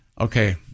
Okay